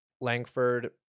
Langford